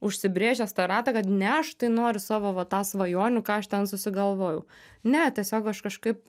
užsibrėžęs tą ratą kad ne aš tai noriu savo va tą svajonių ką aš ten susigalvojau ne tiesiog aš kažkaip